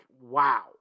wow